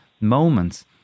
moments